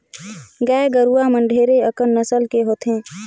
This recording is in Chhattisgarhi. गाय गरुवा मन ढेरे अकन नसल के होथे